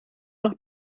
nach